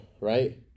right